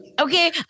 okay